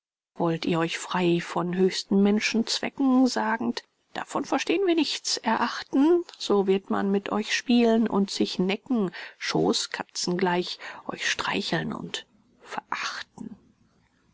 wollt ihr euch frei von höchsten menschenzwecken sagend davon versteh'n wir nichts erachten so wird man mit euch spielen und sich necken schooßkatzen gleich euch streicheln und verachten